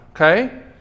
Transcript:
okay